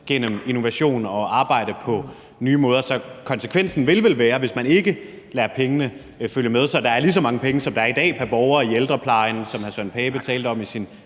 gennem innovation og arbejde på nye måder, så konsekvensen vil vel være, hvis man ikke lader pengene følge med, så der er lige så mange penge, som der er i dag, pr. borger i ældreplejen, som hr. Søren Pape Poulsen talte om i sin